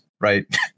right